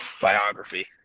biography